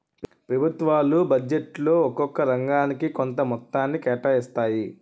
ప్రభుత్వాలు బడ్జెట్లో ఒక్కొక్క రంగానికి కొంత మొత్తాన్ని కేటాయిస్తాయి